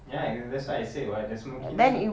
ya and that's what I said what the smokiness